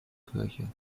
kirche